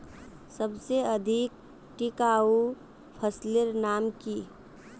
सबसे अधिक टिकाऊ फसलेर नाम की?